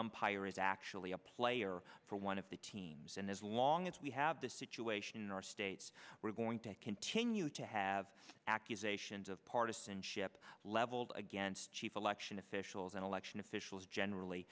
umpire is actually a player for one of the teams and as long as we have this situation or states we're going to continue to have accusations of partisanship leveled against chief election officials and election officials generally